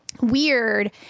weird